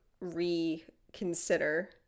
reconsider